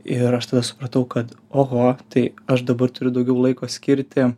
ir aš tada supratau kad oho tai aš dabar turiu daugiau laiko skirti